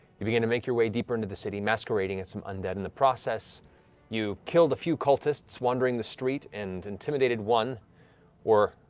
you began to make your way deeper into the city, masquerading as some undead. in the process you killed a few cultists wandering the street, and intimidated one or,